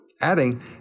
adding